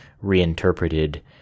reinterpreted